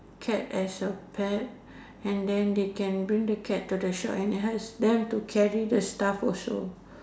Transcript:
cat as a pets and then they can bring the cat to the shop and then ask them to carry the stuff also